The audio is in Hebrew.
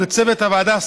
לצוות הוועדה,